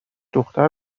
دختر